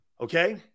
Okay